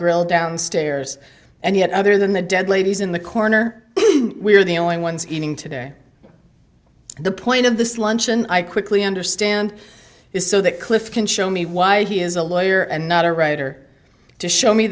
grill downstairs and yet other than the dead ladies in the corner we are the only ones eating today the point of this luncheon i quickly understand is so that cliff can show me why he is a lawyer and not a writer to show me